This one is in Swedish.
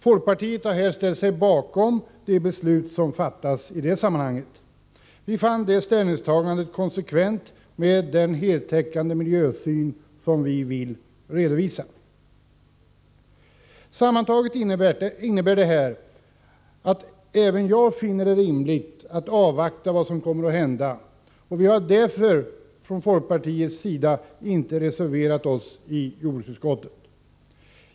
Folkpartiet står bakom det beslut som i det sammanhanget fattades. Vi fann det ställningstagandet i linje med den heltäckande miljösyn som vi vill företräda. Sammantaget innebär detta att även jag finner det rimligt att avvakta vad som kommer att hända. Vi har från folkpartiets sida därför inte reserverat oss i jordbruksutskottet.